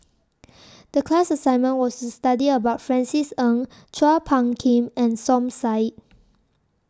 The class assignment was to study about Francis Ng Chua Phung Kim and Som Said